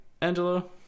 angelo